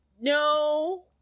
No